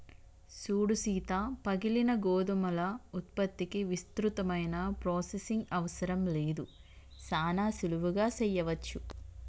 సూడు సీత పగిలిన గోధుమల ఉత్పత్తికి విస్తృతమైన ప్రొసెసింగ్ అవసరం లేదు సానా సులువుగా సెయ్యవచ్చు